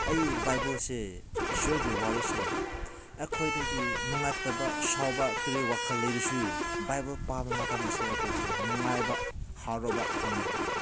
ꯑꯩ ꯕꯥꯏꯕꯜꯁꯦ ꯏꯁꯣꯔꯒꯤ ꯋꯥꯔꯤꯁꯦ ꯑꯩꯈꯣꯏꯗꯒꯤ ꯅꯨꯡꯉꯥꯏꯇꯕ ꯁꯥꯎꯕ ꯀꯔꯤ ꯋꯥꯈꯜ ꯂꯩꯔꯁꯨ ꯕꯥꯏꯕꯜ ꯄꯥꯕ ꯃꯇꯝꯗꯁꯦ ꯑꯩꯈꯣꯏꯁꯦ ꯅꯨꯡꯉꯥꯏꯕ ꯍꯔꯥꯎꯕ ꯐꯪꯉꯦ